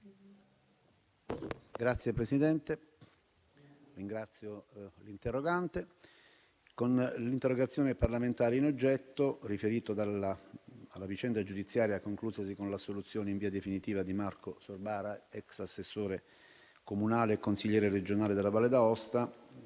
Signor Presidente, ringrazio innanzitutto l'interrogante. L'interrogazione parlamentare in oggetto si riferisce alla vicenda giudiziaria conclusasi con l'assoluzione in via definitiva di Marco Sorbara, ex assessore comunale e consigliere regionale della Valle d'Aosta,